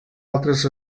altres